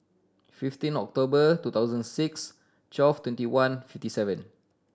fifteen October two thousand six twelve twenty one fifty seven